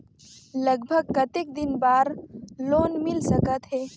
लगभग कतेक दिन बार लोन मिल सकत हे?